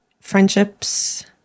friendships